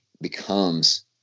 becomes